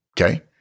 okay